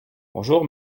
bonjour